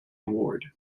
award